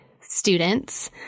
students